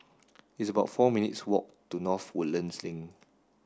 it's about four minutes' walk to North Woodlands Link